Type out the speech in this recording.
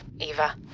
Eva